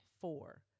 four